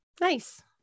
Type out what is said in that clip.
Nice